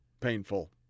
painful